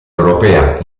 europea